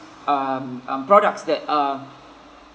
um um products that are